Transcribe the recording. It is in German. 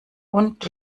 und